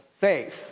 faith